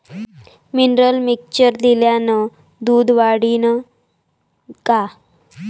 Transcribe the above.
Mineral mixture दिल्यानं दूध वाढीनं का?